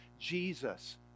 Jesus